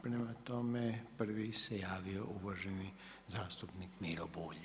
Prema tome, prvi se javio uvaženi zastupnik Miro Bulj.